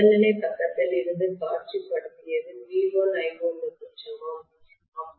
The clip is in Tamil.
முதல்நிலைப் பக்கத்தில் இருந்து காட்சிப்படுத்தியது V1I1 க்கு சமம்